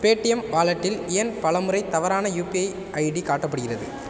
Paytm வாலெட்டில் ஏன் பலமுறை தவறான யுபிஐ ஐடி காட்டப்படுகிறது